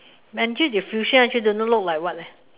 actually don't know look like what leh